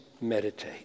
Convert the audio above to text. meditate